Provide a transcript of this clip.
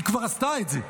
היא כבר עשתה את זה,